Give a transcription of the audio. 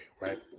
right